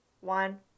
one